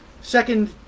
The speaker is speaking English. second